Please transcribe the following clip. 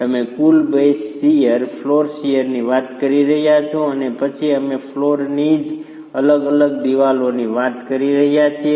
તમે કુલ base shear floor શીયરની વાત કરી રહ્યા છો અને પછી અમે ફ્લોરની જ અલગ અલગ દિવાલોની વાત કરી રહ્યા છીએ